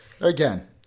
again